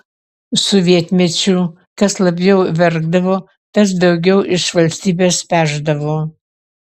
sovietmečiu kas labiau verkdavo tas daugiau iš valstybės pešdavo